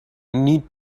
need